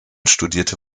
studierte